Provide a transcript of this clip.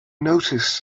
noticed